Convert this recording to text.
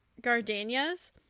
gardenias